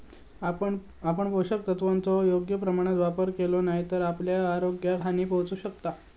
आपण पोषक तत्वांचो योग्य प्रमाणात वापर केलो नाय तर आपल्या आरोग्याक हानी पोहचू शकता